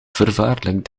vervaarlijk